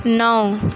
नौ